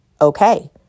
okay